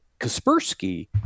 kaspersky